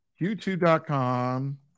youtube.com